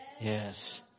Yes